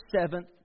seventh